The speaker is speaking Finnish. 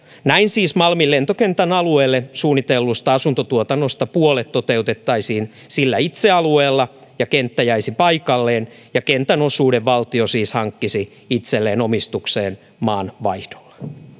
näin siis malmin lentokentän alueelle suunnitellusta asuntotuotannosta puolet toteutettaisiin itse sillä alueella ja kenttä jäisi paikalleen ja kentän osuuden valtio siis hankkisi itselleen omistukseen maanvaihdolla